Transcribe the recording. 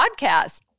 podcast